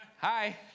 hi